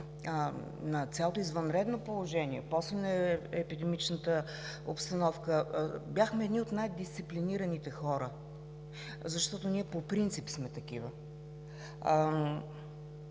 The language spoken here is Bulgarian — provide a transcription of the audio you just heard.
на цялото извънредно положение, после епидемичната обстановка, бяхме едни от най-дисциплинираните хора, защото ние по принцип сме такива.